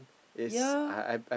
yea